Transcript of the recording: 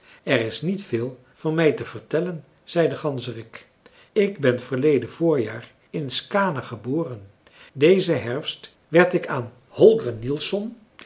er is niet veel van mij te vertellen zei de ganzerik ik ben verleden voorjaar in skaane geboren dezen herfst werd ik aan holger nielsson